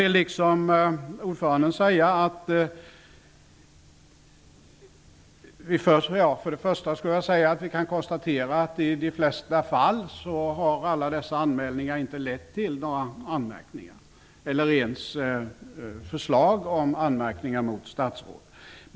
Vi kan konstatera att alla dessa anmälningar i de flesta fall inte lett till några anmärkningar eller ens till förslag om anmärkningar mot statsråd.